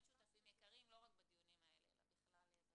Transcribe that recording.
שותפים יקרים לא רק בדיונים האלה אלא גם בכלל.